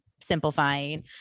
simplifying